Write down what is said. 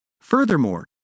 Furthermore